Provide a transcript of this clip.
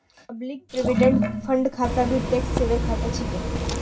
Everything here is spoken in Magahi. पब्लिक प्रोविडेंट फण्ड खाता भी टैक्स सेवर खाता छिके